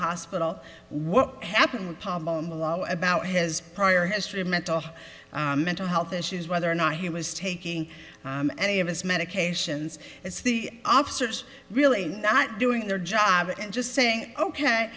hospital what happened upon them a lot about his prior history of mental mental health issues whether or not he was taking any of his medications it's the officers really not doing their job and just saying ok